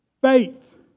Faith